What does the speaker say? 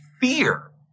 fear